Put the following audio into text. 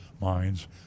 minds